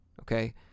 Okay